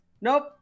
nope